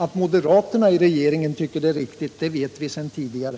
Att moderaterna i regeringen tycker detta är riktigt, det vet vi sedan tidigare,